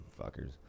Fuckers